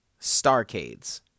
starcades